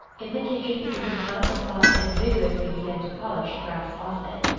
in the kitchen susan caught up a cloth and vigorously began to polish a brass faucet.